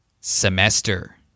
Semester